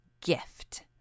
gift